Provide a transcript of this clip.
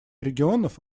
регионов